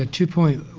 ah two point